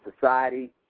society